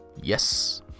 yes